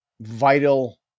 vital